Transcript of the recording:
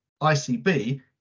ICB